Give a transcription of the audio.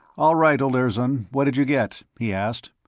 all right, olirzon what did you get? he asked.